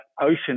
ocean